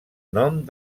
nom